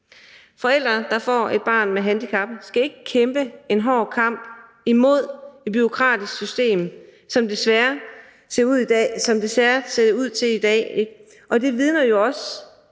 Forældre, der får et barn med handicap, skal ikke kæmpe en hård kamp imod et bureaukratisk system, sådan som det desværre ser ud til de skal i dag, og det vidner de høje